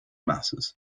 masses